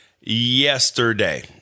yesterday